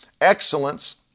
excellence